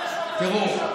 תראו,